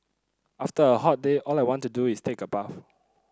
after a hot day all I want to do is take a bath